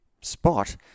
spot